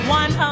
one